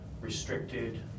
restricted